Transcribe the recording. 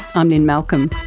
i'm lynne malcolm